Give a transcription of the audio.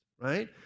right